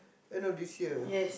end of this year